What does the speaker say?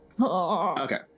Okay